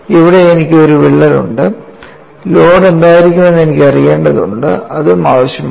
ഇവിടെ എനിക്ക് ഒരു വിള്ളൽ ഉണ്ട് ലോഡ് എന്തായിരിക്കണമെന്ന് എനിക്ക് അറിയേണ്ടതുണ്ട് അതും ആവശ്യമാണ്